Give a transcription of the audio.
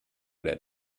that